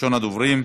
ראשון הדוברים.